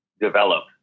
develop